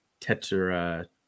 Tetra